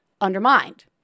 undermined